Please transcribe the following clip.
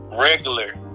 regular